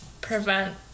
prevent